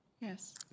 Yes